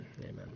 amen